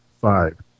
five